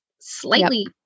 slightly